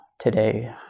today